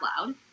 Loud